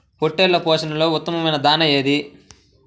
పొట్టెళ్ల పోషణలో ఉత్తమమైన దాణా ఏది?